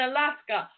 Alaska